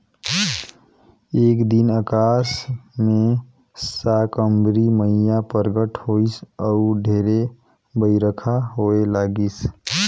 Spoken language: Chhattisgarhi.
एक दिन अकास मे साकंबरी मईया परगट होईस अउ ढेरे बईरखा होए लगिस